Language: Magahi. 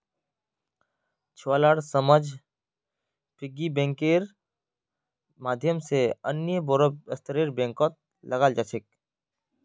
छुवालार समझ पिग्गी बैंकेर माध्यम से अन्य बोड़ो स्तरेर बैंकत लगाल जा छेक